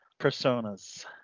personas